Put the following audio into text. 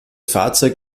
fahrzeug